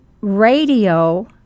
radio